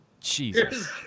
Jesus